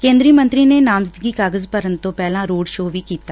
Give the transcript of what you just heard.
ਕੇ ਂਦਰੀ ਮੰਤਰੀ ਨੇ ਨਾਮਜ਼ਦਗੀ ਕਾਗਜ ਭਰਨ ਤੋ ਪਹਿਲਾ ਰੋਡ ਸ਼ੋਅ ਵੀ ਕੀਤਾ